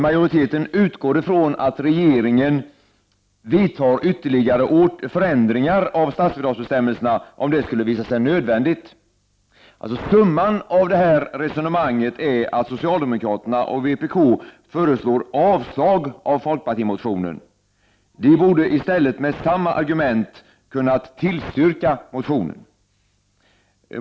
Majoriteten utgår från att regeringen vidtar ytterligare förändringar av statsbidragsbestämmelserna, om det skulle visa sig nödvändigt. Summan av detta resonemang är att socialdemokraterna och vpk föreslår avslag på folkpartimotionen. De borde i stället, med samma argument, ha kunnat tillstyrka motionen.